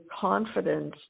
confidence